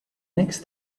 next